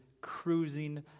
cruising